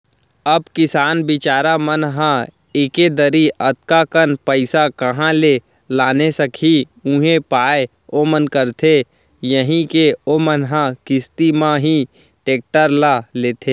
अब किसान बिचार मन ह एके दरी अतका कन पइसा काँहा ले लाने सकही उहीं पाय ओमन करथे यही के ओमन ह किस्ती म ही टेक्टर ल लेथे